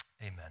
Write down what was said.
Amen